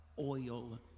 Oil